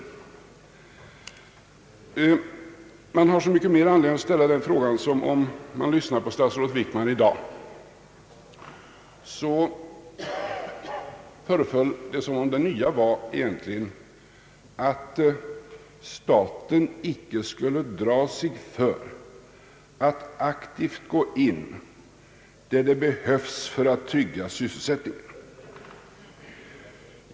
Man har så mycket större anledning att i dag ställa den frågan. När man lyssnade på statsrådet Wickmans anförande här föreföll det som om det nya egentligen är att staten icke skulle dra sig för att aktivt gå in där det behövs för att trygga sysselsättningen.